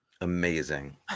Amazing